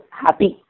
happy